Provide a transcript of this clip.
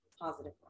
positive